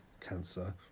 cancer